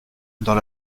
dans